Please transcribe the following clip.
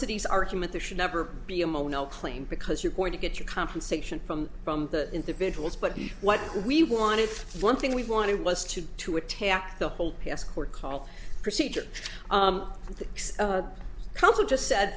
city's argument there should never be a mono claim because you're going to get your compensation from from the individuals but what we want if one thing we wanted was to to attack the whole yes court call procedure the council just said